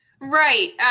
right